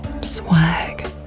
Swag